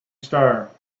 star